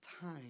Time